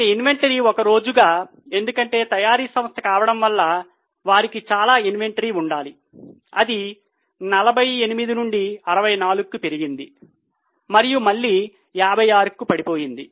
ఒక ఇన్వెంటరీ ఒక రోజుగా ఎందుకంటే తయారీ సంస్థ కావడం వల్ల చాలా ఇన్వెంటరీ ఉండాలి అది 48 నుండి 64 కి పెరిగింది మరియు మళ్ళీ 56 కి పడిపోయింది